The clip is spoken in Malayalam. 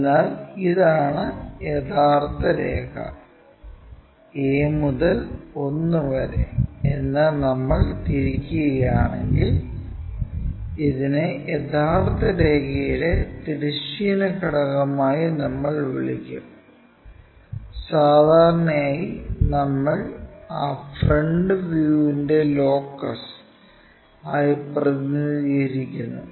അതിനാൽ ഇതാണ് യഥാർത്ഥ രേഖ a മുതൽ 1 വരെ എന്ന് നമ്മൾ തിരിക്കുകയാണെങ്കിൽ ഇതിനെ യഥാർത്ഥ രേഖയുടെ തിരശ്ചീന ഘടകമായി നമ്മൾ വിളിക്കും സാധാരണയായി നമ്മൾ ആ ഫ്രണ്ട് വ്യൂവിൻറെ ലോക്കസ് ആയി പ്രതിനിധീകരിക്കുന്നു